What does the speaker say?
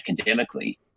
academically